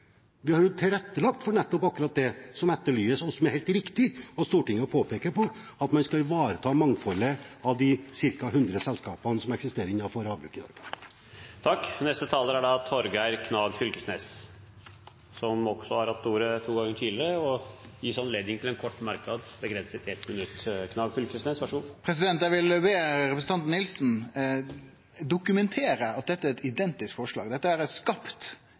Vi har tilrettelagt for akkurat det som etterlyses, og som er helt riktig at Stortinget påpeker, at man skal ivareta mangfoldet blant de ca. 100 selskapene som eksisterer innenfor havbruket i dag. Representanten Torgeir Knag Fylkesnes har hatt ordet to ganger tidligere og får ordet til en kort merknad, begrenset til 1 minutt. Eg vil be representanten Nilsen dokumentere at dette er eit identisk forslag. Dette er skapt